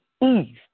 Eve